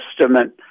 Testament